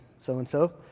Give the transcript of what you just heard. So-and-so